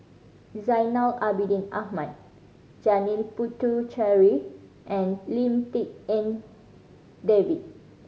Zainal Abidin Ahmad Janil Puthucheary and Lim Tik En David